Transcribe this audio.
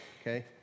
okay